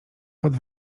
pod